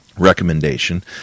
recommendation